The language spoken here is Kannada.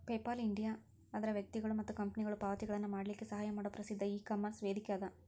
ಪೇಪಾಲ್ ಇಂಡಿಯಾ ಅದರ್ ವ್ಯಕ್ತಿಗೊಳು ಮತ್ತ ಕಂಪನಿಗೊಳು ಪಾವತಿಗಳನ್ನ ಮಾಡಲಿಕ್ಕೆ ಸಹಾಯ ಮಾಡೊ ಪ್ರಸಿದ್ಧ ಇಕಾಮರ್ಸ್ ವೇದಿಕೆಅದ